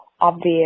obvious